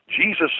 Jesus